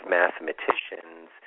mathematicians